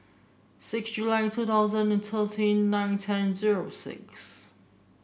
six July two thousand and thirteen nine ten zero six